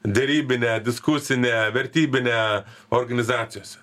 derybinę diskusinę vertybinę organizacijose